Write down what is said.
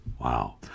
Wow